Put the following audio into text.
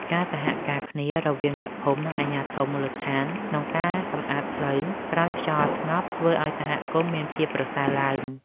ការសហការគ្នារវាងអ្នកភូមិ និងអាជ្ញាធរមូលដ្ឋានក្នុងការសម្អាតផ្លូវក្រោយខ្យល់ស្ងប់ធ្វើឱ្យសហគមន៍មានភាពប្រសើរឡើង។